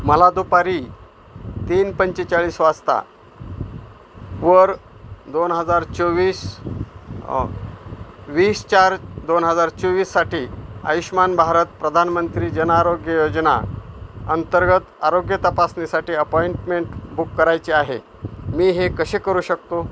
मला दुपारी तीन पंचेचाळीस वाजता वर दोन हजार चोवीस वीस चार दोन हजार चोवीससाठी आयुष्मान भारत प्रधानमंत्री जन आरोग्य योजना अंतर्गत आरोग्य तपासणीसाठी अपॉईंटमेंट बुक करायचे आहे मी हे कसे करू शकतो